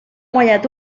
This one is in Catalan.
guanyat